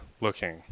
looking